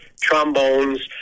trombones